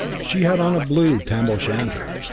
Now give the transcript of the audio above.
she had on a blue tam-o' shanter.